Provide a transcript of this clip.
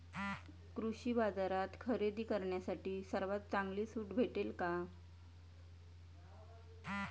कृषी बाजारात खरेदी करण्यासाठी सर्वात चांगली सूट भेटेल का?